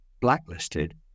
blacklisted